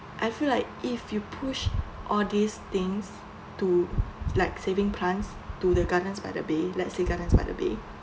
I feel like if you push all these things to like saving plants to the Gardens by the Bay let's say Gardens by the Bay